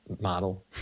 model